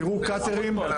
תראו קאטרים.